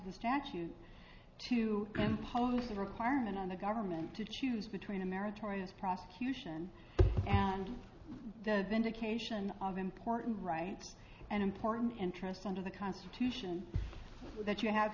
the statute to impose the requirement on the government to choose between a meritorious prosecution and the vindication of important rights and important interests under the constitution that you have